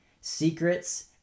secrets